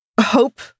hope